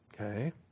okay